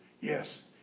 Yes